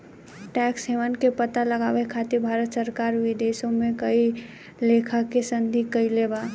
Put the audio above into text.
tax haven के पता लगावे खातिर भारत सरकार विदेशों में कई लेखा के संधि कईले बा